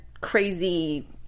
crazy